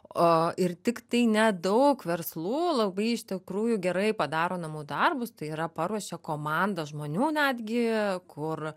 o ir tiktai nedaug verslų labai iš tikrųjų gerai padaro namų darbus tai yra paruošia komandą žmonių netgi kur